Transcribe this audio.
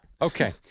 Okay